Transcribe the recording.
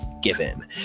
given